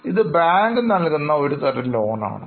ഇത് ബാങ്ക് നൽകുന്ന ഒരുതരം ലോൺ ആണ്